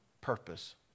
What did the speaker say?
purpose